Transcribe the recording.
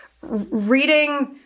reading